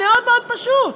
מאוד מאוד פשוט.